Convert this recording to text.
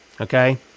Okay